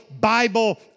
Bible